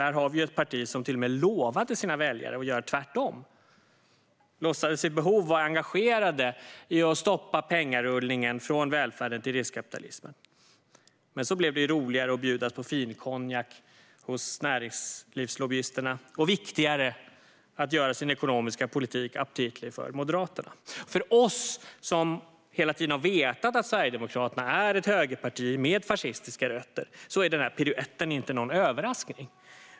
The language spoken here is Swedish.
Här har vi ett parti som till och med lovade sina väljare att göra tvärtom. De låtsades vid behov vara engagerade i att stoppa pengarullningen från välfärden till riskkapitalister. Men så blev det roligare att bjudas på finkonjak hos näringslivslobbyisterna och viktigare att göra sin ekonomiska politik aptitlig för Moderaterna. För oss som hela tiden har vetat att Sverigedemokraterna är ett högerparti med fascistiska rötter är den här piruetten inte någon överraskning.